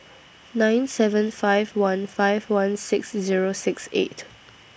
nine seven five one five one six Zero six eight